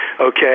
okay